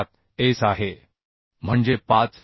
7s आहे म्हणजे 5